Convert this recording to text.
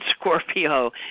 Scorpio